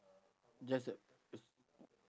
just like s~